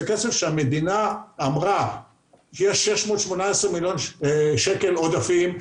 יש 618 מיליון שקל עודפים.